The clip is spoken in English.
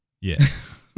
Yes